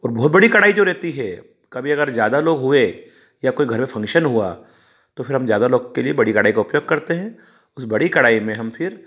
और बहुत बड़ी कड़ाही जो रहती है कभी अगर ज़्यादा लोग हुए या कोई घर में फंक्शन हुआ तो फिर हम ज़्यादा लोग के लिए बड़ी कड़ाही का उपयोग करते हैं उस बड़ी कड़ाही में हम फिर